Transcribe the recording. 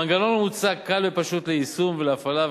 המנגנון המוצג קל ופשוט ליישום ולהפעלה,